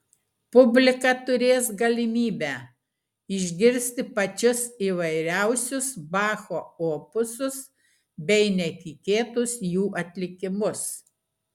publika turės galimybę išgirsti pačius įvairiausius bacho opusus bei netikėtus jų atlikimus